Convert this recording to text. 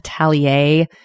Atelier